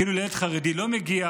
כאילו לילד חרדי לא מגיע.